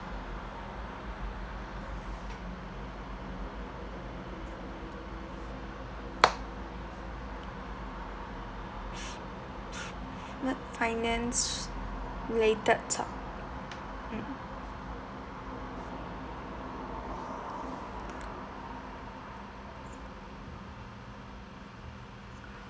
what finance related top~ mm